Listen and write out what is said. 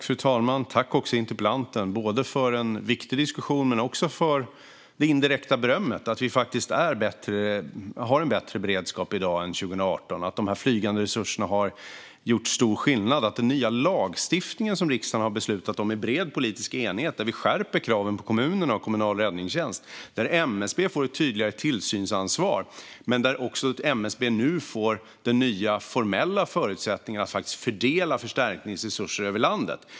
Fru talman! Tack, interpellanten, för både en viktig diskussion och det indirekta berömmet, att vi faktiskt har bättre beredskap i dag än 2018! De flygande resurserna har gjort stor skillnad. I den nya lagstiftningen, som riksdagen har beslutat om i bred politisk enighet, skärper vi också kraven på kommunerna och kommunal räddningstjänst. MSB får ett tydligare tillsynsansvar men får nu också de nya formella förutsättningarna för att faktiskt fördela förstärkningsresurser över landet.